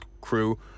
crew